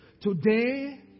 Today